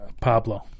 Pablo